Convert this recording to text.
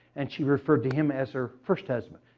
and she referred to him as her first husband.